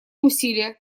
усилия